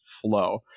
flow